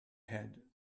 head